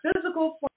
physical